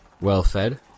well-fed